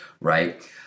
right